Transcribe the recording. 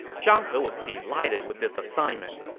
zhang he was delighted with this assignment.